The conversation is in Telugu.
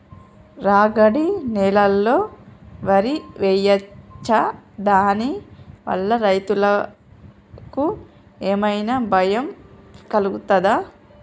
రాగడి నేలలో వరి వేయచ్చా దాని వల్ల రైతులకు ఏమన్నా భయం కలుగుతదా?